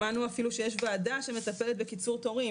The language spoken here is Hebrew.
שמענו אפילו שיש ועדה שמטפלת בקיצור תורים,